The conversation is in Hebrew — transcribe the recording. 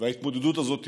ההתמודדות הזאת